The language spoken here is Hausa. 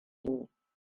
yi